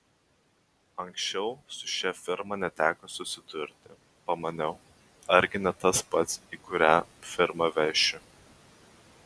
anksčiau su šia firma neteko susidurti pamaniau argi ne tas pats į kurią firmą vešiu